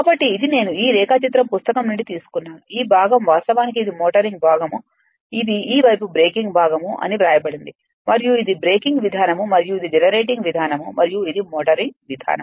కాబట్టి ఇది నేను ఈ రేఖాచిత్రం పుస్తకం నుండి తీసుకున్నాను ఈ భాగం వాస్తవానికి ఇది మోటరింగ్ భాగం ఇది ఈ వైపు బ్రేకింగ్ భాగం అని వ్రాయబడింది మరియు ఇది బ్రేకింగ్ విధానం మరియు ఇది జనరేటింగ్ విధానం మరియు ఇది మోటరింగ్ విధానం